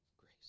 grace